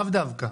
לאו דווקא.